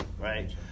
right